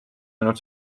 ainult